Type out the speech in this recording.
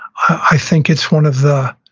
i think it's one of the